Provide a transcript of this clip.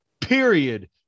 Period